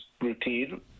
routine